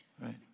right